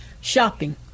shopping